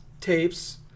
tapes